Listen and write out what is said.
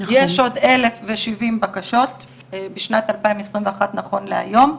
יש עוד 1,070 בקשות בשנת 2021 נכון להיום,